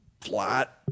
flat